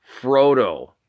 Frodo